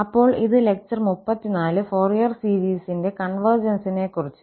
അപ്പോൾ ഇത് lecture 34 Fourier സീരീസിന്റെ കൺവെർജൻസിനെക്കുറിച്